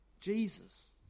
Jesus